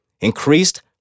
Increased